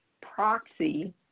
proxy